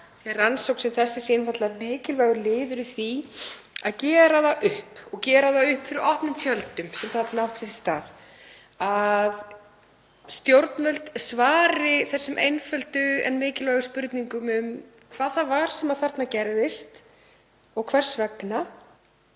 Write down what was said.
Slík rannsókn yrði einfaldlega mikilvægur liður í því að gera það upp, og gera það upp fyrir opnum tjöldum, sem þarna átti sér stað og að stjórnvöld svari þessum einföldu en mikilvægu spurningum um hvað það var sem þarna gerðist og hvers vegna;